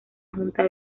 junta